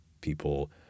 People